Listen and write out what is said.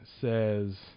says